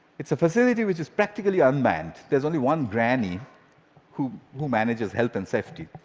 it's a facility which is practically unmanned. there's only one granny who who manages health and safety.